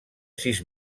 sis